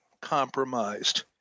compromised